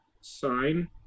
sign